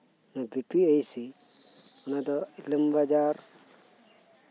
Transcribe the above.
B P H C ᱚᱱᱟ ᱫᱚ ᱤᱞᱟᱹᱢᱵᱟᱡᱚᱨ